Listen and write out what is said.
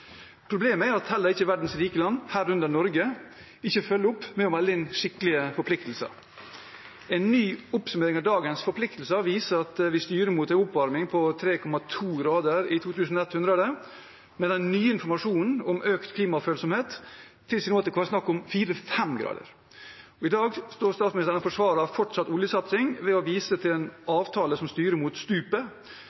Problemet er at heller ikke verdens rike land, herunder Norge, følger opp med å melde inn skikkelige forpliktelser. En ny oppsummering av dagens forpliktelser viser at vi styrer mot en oppvarming på 3,2 grader i 2100. Den nye informasjonen om økt klimafølsomhet tilsier at det kan være snakk om 4–5 grader. I dag står statsministeren og forsvarer fortsatt oljesatsing ved å vise til en